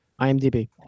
IMDb